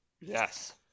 Yes